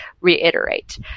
reiterate